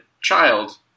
child